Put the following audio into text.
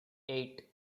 eight